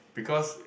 because